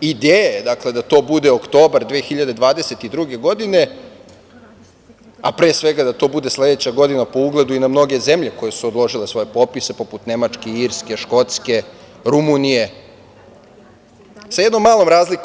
ideja je da do bude oktobar 2022. godine, a pre svega da to bude sledeća godina po ugledu i na mnoge zemlje koje su odložile svoje popise poput Nemačke, Irske, Škotske, Rumunije, sa jednom malom razlikom.